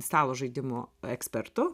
stalo žaidimų ekspertu